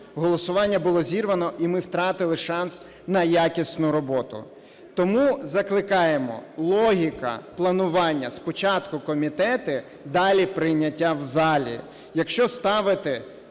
голосування було зірвано, і ми втратили шанс на якісну роботу. Тому закликаємо, логіка планування: спочатку комітети, далі прийняття в залі.